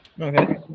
Okay